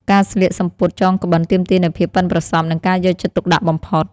ការស្លៀកសំពត់ចងក្បិនទាមទារនូវភាពប៉ិនប្រសប់និងការយកចិត្តទុកដាក់បំផុត។